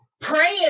praying